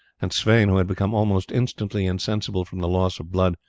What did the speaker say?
and sweyn, who had become almost instantly insensible from the loss of blood,